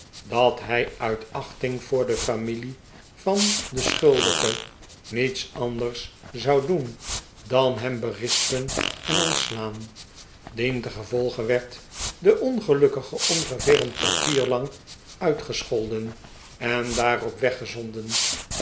dat hij uit achting voor de familie van den schuldige niets anders zou doen dan hem berispen en ontslaan dientengevolge werd de ongelukkige ongeveer een kwartier lang uitgescholden en daarop